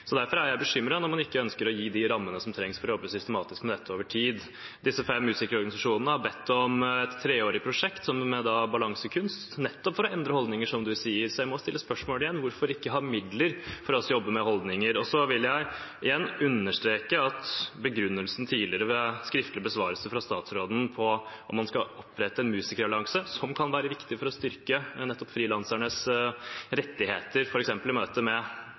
Derfor er jeg bekymret når man ikke ønsker å gi de rammene som trengs for å jobbe systematisk med dette over tid. Disse fem musikerorganisasjonene har bedt om et treåring prosjekt sammen med Balansekunst, nettopp for å endre holdninger, som statsråden sier. Så jeg må stille spørsmålet igjen: Hvorfor ikke ha midler for å jobbe med holdninger? Jeg vil igjen understreke at ved skriftlig besvarelse fra statsråden tidligere på om man skal opprette en musikerallianse, som kan være viktig for å styrke nettopp frilansernes rettigheter f.eks. i møte med